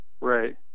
Right